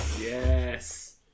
Yes